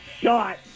shot